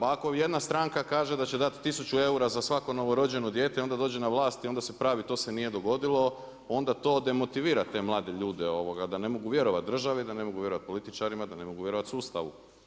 Ako jedna stranka kaže da će dati 1000 eura za svako novorođeno dijete onda dođe na vlast i onda se pravi to se nije dogodilo, onda to demotivira te mlade ljude, da ne mogu vjerovati državi, da ne mogu vjerovati političarima, da ne mogu vjerovati sustavu.